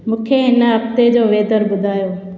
मूंखे हिन हफ़्ते जो वेदर ॿुधायो